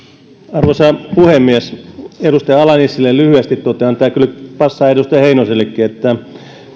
arvoisa puhemies edustaja ala nissilälle lyhyesti totean tämä kyllä passaa edustaja heinosellekin että